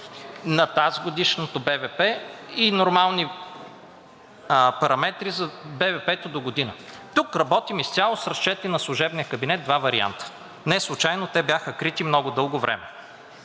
на тазгодишния БВП и нормални параметри за БВП догодина. Тук работим изцяло с разчети на служебния кабинет – два варианта. Неслучайно те бяха крити много дълго време.